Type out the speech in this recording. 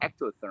ectotherm